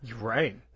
Right